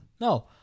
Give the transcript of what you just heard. No